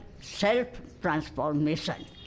self-transformation